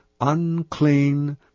Unclean